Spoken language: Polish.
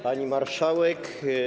Pani Marszałek!